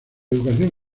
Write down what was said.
educación